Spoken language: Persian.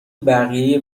بقیه